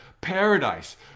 paradise